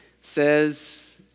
says